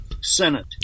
Senate